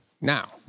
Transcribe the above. now